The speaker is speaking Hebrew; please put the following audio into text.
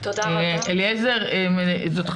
אליעזר יש לי